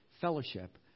fellowship